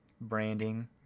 branding